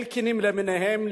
אלקינים למיניהם,